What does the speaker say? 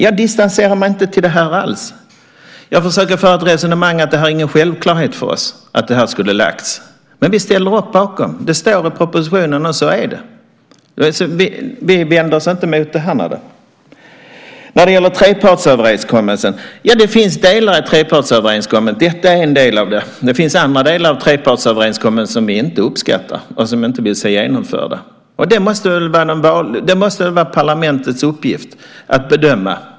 Jag distanserar mig inte alls från det här. Jag försöker föra ett resonemang om att det inte är en självklarhet för oss att det här förslaget skulle ha lagts fram. Men vi ställer upp bakom. Det står i propositionen, och så är det. Vi vänder oss inte emot detta. Trepartsöverenskommelsen består av delar. Detta är en del. Det finns andra delar av trepartsöverenskommelsen som vi inte uppskattar och som vi inte vill se genomförda. Det måste väl vara parlamentets uppgift att bedöma.